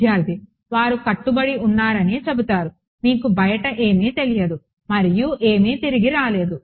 విద్యార్ధి వారు కట్టుబడి ఉన్నారని చెబుతారు మీకు బయట ఏమి తెలియదు మరియు ఏమీ తిరిగి రాలేదు